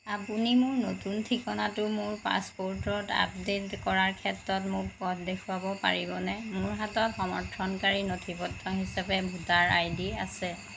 আপুনি মোৰ নতুন ঠিকনাতো মোৰ পাছপোৰ্টত আপডেট কৰাৰ ক্ষেত্ৰত মোক পথ দেখুৱাব পাৰিবনে মোৰ হাতত সমৰ্থনকাৰী নথিপত্ৰ হিচাপে ভোটাৰ আইডি আছে